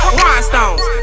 Rhinestones